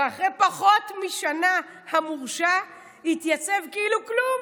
ואחרי פחות משנה המורשע יתייצב כאילו כלום